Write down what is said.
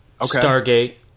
Stargate